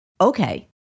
okay